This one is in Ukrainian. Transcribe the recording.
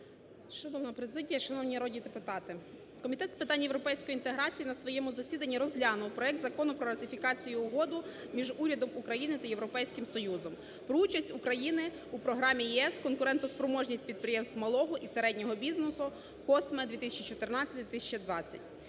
Шановна президія! Шановні народні депутати! Комітет з питань європейської інтеграції на своєму засіданні розглянув проект Закону про ратифікацію Угоди між Урядом України та Європейським Союзом про участь України у програмі ЄС "Конкурентоспроможність підприємств малого і середнього бізнесу (COSME) (2014-2020)".